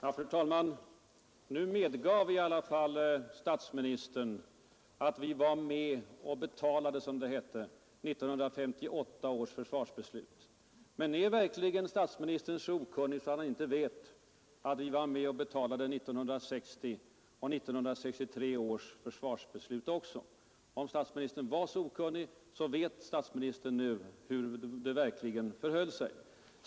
Fru talman! Nu medgav i alla fall statsministern att vi var med och betalade, som det hette, 1958 års försvarsbeslut. Är verkligen statsministern så okunnig att han inte vet att vi var med och betalade 1960 och 1963 års försvarsbeslut också? Nu vet statsministern hur det verkligen förhöll sig.